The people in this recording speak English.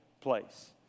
place